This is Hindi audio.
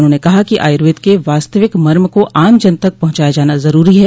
उन्होंने कहा कि आयुर्वेद के वास्तविक मर्म को आम जन तक पहुंचाया जाना जरूरी है